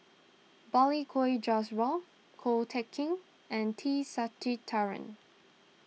Balli Kaur Jaswal Ko Teck Kin and T Sasitharan